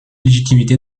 légitimité